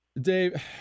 Dave